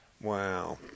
Wow